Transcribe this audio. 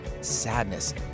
sadness